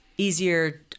Easier